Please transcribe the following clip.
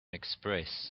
express